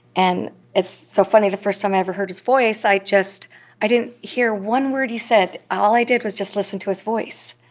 and it's so funny. the first time i ever heard his voice, i just i didn't hear one word he said. all i did was just listen to his voice.